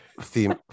theme